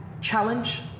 challenge